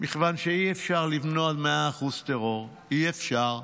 מכיוון שאי-אפשר למנוע 100% טרור, אי-אפשר.